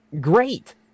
great